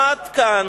עמד כאן